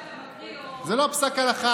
לגבי פסק ההלכה שאתה מקריא זה לא פסק הלכה,